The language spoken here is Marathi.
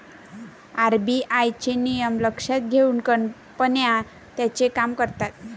आर.बी.आय चे नियम लक्षात घेऊन कंपन्या त्यांचे काम करतात